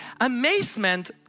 Amazement